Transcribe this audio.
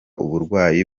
uburwayi